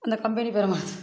அந்த கம்பெனி பேரை மறந்துட்டேன்